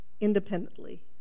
independently